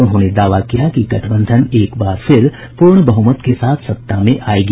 उन्होंने दावा किया कि गठबंधन एकबार फिर पूर्ण बहुमत के साथ सत्ता में आयेगी